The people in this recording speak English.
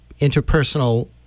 interpersonal